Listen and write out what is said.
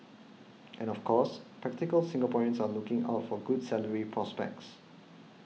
and of course practical Singaporeans are looking out for good salary prospects